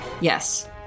Yes